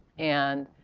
and